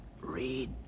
read